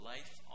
Life